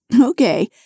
Okay